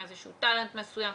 עם טאלנט מסוים,